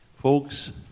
Folks